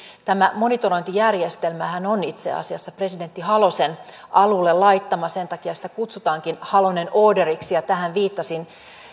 tämä monitorointijärjestelmähän on itse asiassa presidentti halosen alulle laittama sen takia sitä kutsutaankin halonen orderiksi ja tähän viittasin